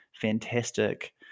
fantastic